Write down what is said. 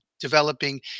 developing